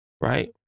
right